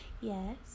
yes